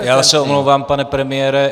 Já se omlouvám, pane premiére.